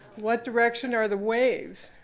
what direction are the waves?